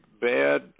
bad